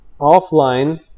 offline